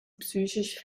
psychisch